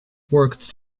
worked